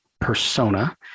persona